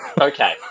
Okay